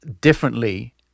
differently